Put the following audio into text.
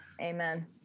Amen